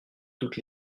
toutes